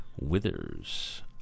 Withers